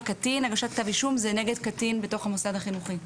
שהגשת כתב אישום זה נגד קטין בתוך המוסד החינוכי.